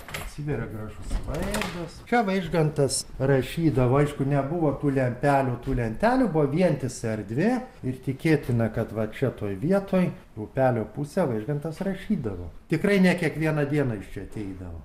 atsiveria gražus vaizdas čia vaižgantas rašydavo aišku nebuvo tų lentelių tų lentelių buvo vientisa erdvė ir tikėtina kad va čia toj vietoj į upelio pusę vaižgantas rašydavo tikrai ne kiekvieną dieną jis čia ateidavo